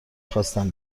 خواستم